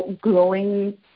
growing